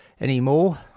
Anymore